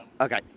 okay